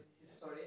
history